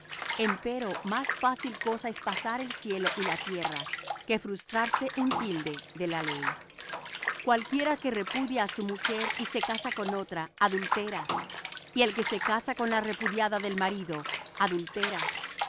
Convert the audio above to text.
en él empero más fácil cosa es pasar el cielo y la tierra que frustrarse un tilde de la ley cualquiera que repudia á su mujer y se casa con otra adultera y el que se casa con la repudiada del marido adultera